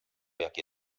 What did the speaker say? jakie